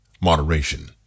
Moderation